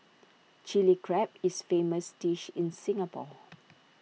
Chilli Crab is famous dish in Singapore